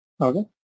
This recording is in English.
Okay